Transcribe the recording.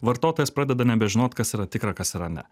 vartotojas pradeda nebežinot kas yra tikra kas yra ne